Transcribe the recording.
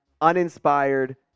uninspired